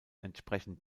entsprechen